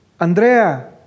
Andrea